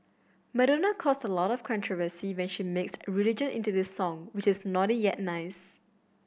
Madonna caused a lot of controversy when she mixed religion into this song which is naughty yet nice